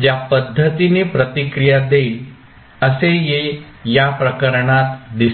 ज्या पद्धतीने प्रतिक्रिया देईल असे या प्रकरणात दिसते